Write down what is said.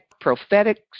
prophetic